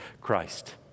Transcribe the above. Christ